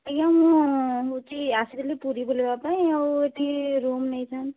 ଆଜ୍ଞା ମୁଁ ହେଉଛି ଆସିଥିଲି ପୁରୀ ବୁଲିବା ପାଇଁ ଆଉ ଏଠି ରୁମ୍ ନେଇଥାନ୍ତି